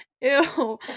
Ew